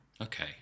Okay